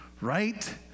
right